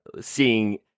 seeing